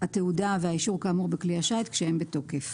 התעודה והאישור כאמור בכלי השיט, כשהם בתוקף.